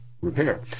repair